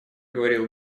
говорил